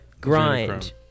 grind